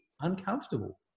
uncomfortable